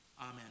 Amen